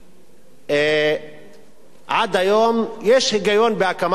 עד היום יש היגיון בהקמת אוניברסיטאות.